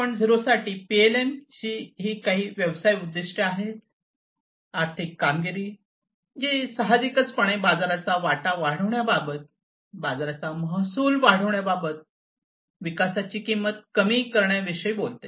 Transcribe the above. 0 साठी पीएलएमची ही काही व्यवसाय उद्दीष्टे आहेत आर्थिक कामगिरी जी सहाजिकपणे बाजाराचा वाटा वाढविण्याबाबत बाजाराचा महसूल वाढविण्याबाबत विकासाची किंमत कमी करण्याविषयी बोलते